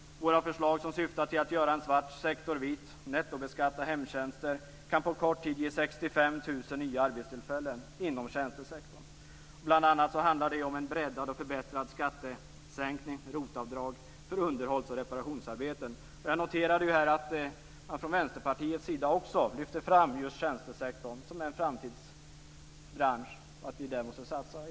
Våra förslag som syftar till att göra en svart sektor vit och nettobeskatta hemtjänster kan på kort tid ge 65 000 nya arbetstillfällen inom tjänstesektorn. Bl.a. handlar det om en breddad och förbättrad skattesänkning, ROT-avdrag för underhålls och reparationsarbeten. Jag noterar här att man från också från Vänsterpartiets sida lyfter fram just tjänstesektorn som en framtidsbransch.